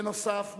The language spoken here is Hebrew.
בנוסף,